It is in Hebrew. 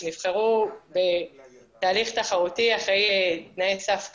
שנבחרו בתהליך תחרותי אחרי תנאי סף קשים.